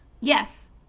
yes